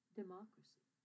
democracy